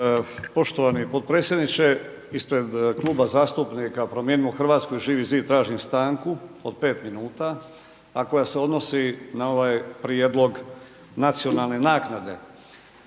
Poštovani potpredsjedniče, ispred Kluba zastupnika Promijenimo Hrvatsku i Živi zid tražim stanku od 5 minuta, a koja se odnosi na ovaj prijedlog nacionalne naknade.